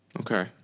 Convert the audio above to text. Okay